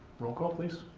role call please.